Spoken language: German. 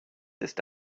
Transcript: ist